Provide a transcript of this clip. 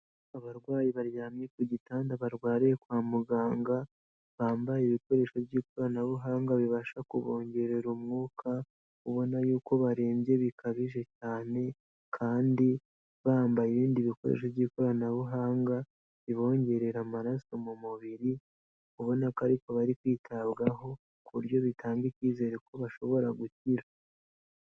Abarwayi baryamye ku gitanda barwariye kwa muganga, bambaye ibikoresho by'ikoranabuhanga bibasha kubongerera umwuka, ubona y'uko barembye bikabije cyane kandi bambaye ibindi bikoresho by'ikoranabuhanga, bibongerera amaraso mu mubiri, ubona ko ariko bari kwitabwaho ku buryo bitanga icyizere ko bashobora gukira.